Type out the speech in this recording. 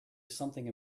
something